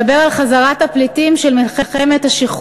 סעיף 11 של 194 מדבר על חזרת הפליטים של מלחמת השחרור,